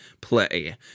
Play